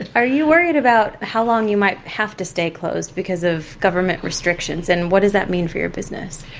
and are you worried about how long you might have to stay closed because of government restrictions? and what does that mean for your business?